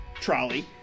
trolley